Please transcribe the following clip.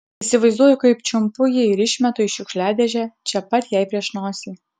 įsivaizduoju kaip čiumpu jį ir išmetu į šiukšliadėžę čia pat jai prieš nosį